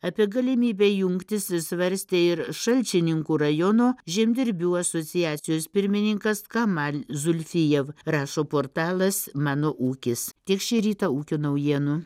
apie galimybę jungtis svarstė ir šalčininkų rajono žemdirbių asociacijos pirmininkas kamal zulfijev rašo portalas mano ūkis tiek šį rytą ūkio naujienų